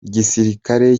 igisirikare